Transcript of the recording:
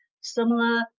similar